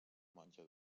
monja